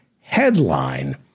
Headline